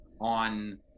on